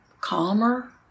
calmer